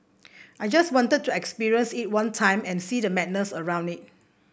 I just wanted to experience it one time and see the madness around it